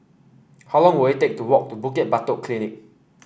how long will it take to walk to Bukit Batok Polyclinic